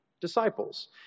disciples